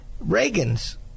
Reagan's